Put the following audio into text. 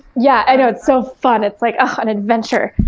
yeah, i know, it's so fun. it's like, oh, an adventure!